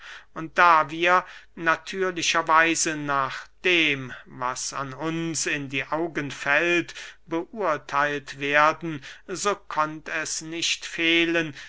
und da wir natürlicher weise nach dem was an uns in die augen fällt beurtheilt werden so konnt es nicht fehlen